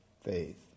faith